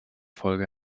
folge